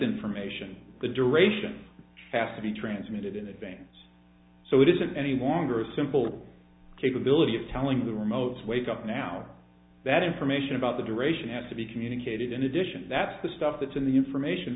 information the duration has to be transmitted in advance so it isn't any wanker a simple capability of telling the remote's wake up now that information about the duration has to be communicated in addition that's the stuff that's in the information